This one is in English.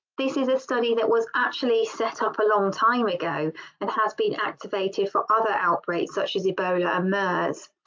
this is a study that was actually set up a long time ago and has been activated for other outbreaks such as ebola and mers.